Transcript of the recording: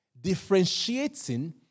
differentiating